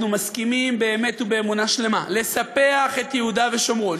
מסכימים באמת ובאמונה שלמה לספח את יהודה ושומרון,